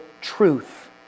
truth